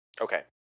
Okay